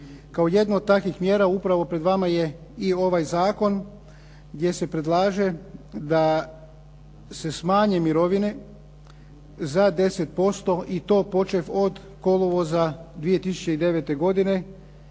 Kao jednu od takvih mjera upravo pred vama je i ovaj zakon gdje se predlaže da se smanje mirovine za 10% i to počev od kolovoza 2009. godine